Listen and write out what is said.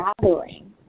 gathering